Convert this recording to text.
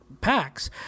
packs